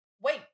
wait